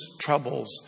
troubles